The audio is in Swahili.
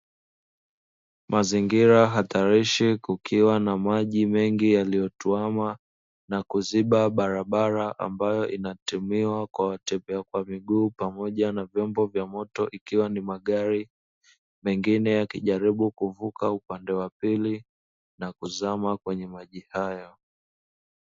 Mazingira hatarishi kukiwa na maji mengi yaliyotuama na kuziba barabara ambayo inatumiwa na watembea kwa miguu pamoja na vyombo vya moto ikiwa ni magari, mengine yakijaribu kuvuka upande wa pili na kuzama kwenye maji haya.